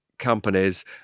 companies